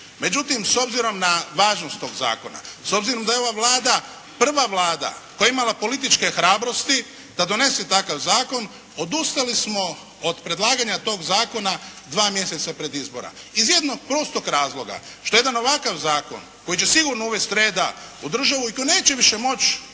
Međutim, s obzirom na važnost tog zakona, s obzirom da je ova Vlada prva Vlada koja je imala političke hrabrosti da donese takav zakon odustali smo od predlaganja tog zakona dva mjeseca pred izbora. Iz jednog prostog razloga, što jedan ovakav zakon koji će sigurno uvesti reda u državu i tu neće više moći